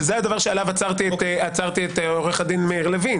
שזה הדבר שעליו עצרתי את עורך הדין מאיר לוין